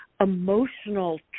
emotional